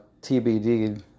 TBD